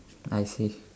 I see